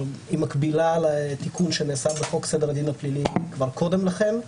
היא מקבילה לתיקון שנעשה בחוק סדר הדין הפלילי כבר קודם לכן.